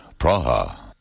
Praha